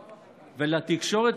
ולתקשורת,